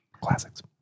Classics